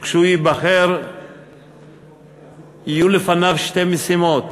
שכשהוא ייבחר יהיו לפניו שתי משימות: